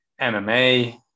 MMA